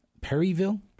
Perryville